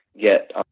get